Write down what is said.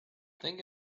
thing